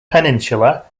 peninsular